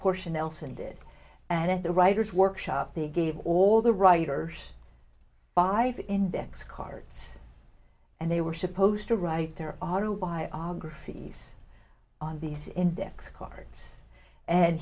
portia nelson did and at the writer's workshop they gave all the writers five index cards and they were supposed to write their auto biographies on these index cards and